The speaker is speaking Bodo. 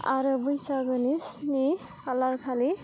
आरो बैसागोनि खालारखालि